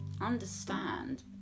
understand